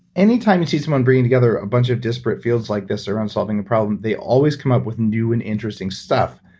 anytime you see someone bringing together a bunch of disparate fields like this around solving a problem, they always come up with new and interesting stuff,